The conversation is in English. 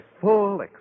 full